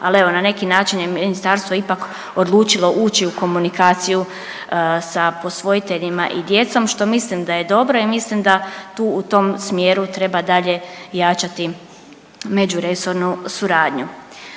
ali evo na neki način je ministarstvo ipak odlučilo ući u komunikaciju sa posvojiteljima i djecom što mislim da je dobro i mislim da tu u tom smjeru treba dalje jačati međuresornu suradnju.